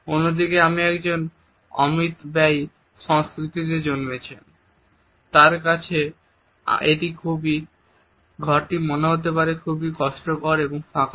অন্যদিকে একজন যে অমিতব্যয়ী সংস্কৃতিতে জন্মেছেন তার কাছে এই একই ঘরটি মনে হতে পারে কষ্টকর এবং ফাঁকা